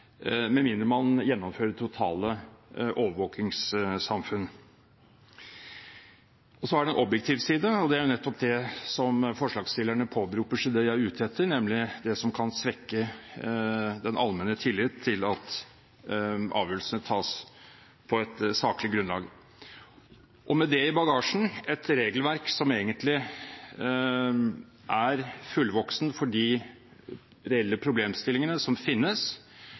med mindre man gjennomfører det totale overvåkningssamfunn. Og så er det en objektiv side, og det er nettopp det som forslagsstillerne påberoper seg å være ute etter, nemlig det som kan svekke den allmenne tillit til at avgjørelsene tas på et saklig grunnlag. Med seg i bagasjen et regelverk som er fullvoksent for de reelle problemstillingene som finnes,